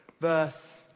verse